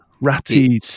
ratty